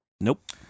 Nope